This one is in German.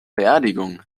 beerdigung